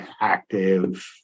active